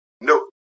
No